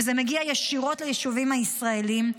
וזה מגיע ישירות לישובים הישראליים.